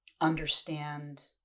understand